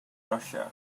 russia